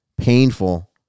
painful